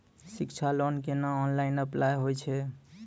शिक्षा लोन केना online apply होय छै?